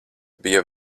bija